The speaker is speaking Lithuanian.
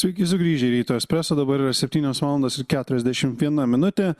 sveiki sugrįžę į ryto espresso dabar yra septynios valandos ir keturiasdešimt viena minutė